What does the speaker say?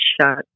shut